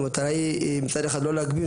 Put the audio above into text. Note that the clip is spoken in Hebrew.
המטרה היא מצד אחד לא להגביל,